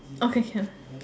okay can